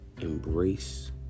embrace